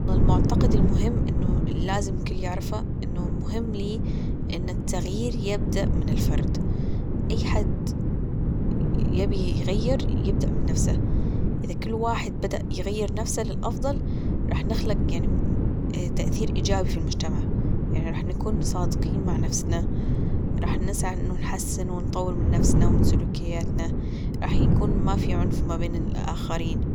من المعتقد المهم أنه لازم الكل يعرفه أنه مهم لي إن التغيير يبدأ من الفرد، أي حد يبي يغير يبدأ من نفسه إذا كل واحد بدأ يغير نفسه للأفضل راح نخلق يعني تأثير إيجابي في المجتمع يعني راح نكون صادقين مع نفسنا راح نسعى أنه نحسن ونطور من نفسنا ومن سلوكياتنا راح يكون ما في عنف ما بين الاخرين